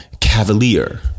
cavalier